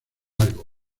algo